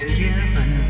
given